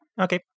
okay